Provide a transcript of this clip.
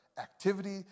Activity